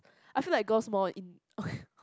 I feel like girls more in~